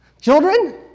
Children